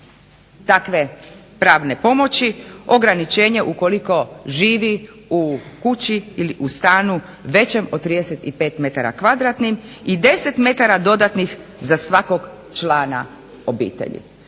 takve pravne pomoći ograničenje ukoliko živi u kući ili stanu većem od 35 m kvadratnih i 10 m dodatnih za svakog člana obitelji.